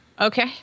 okay